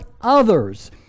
others